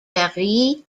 paris